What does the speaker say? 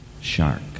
shark